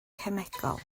cemegol